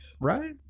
Right